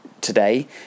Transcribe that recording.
today